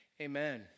Amen